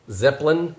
zeppelin